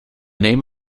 name